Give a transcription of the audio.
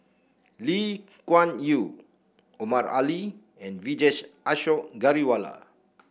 Lee Kuan Yew Omar Ali and Vijesh Ashok Ghariwala